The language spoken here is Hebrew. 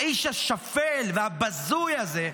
האיש השפל והבזוי הזה,